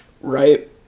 Right